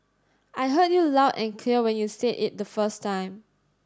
I heard you loud and clear when you said it the first time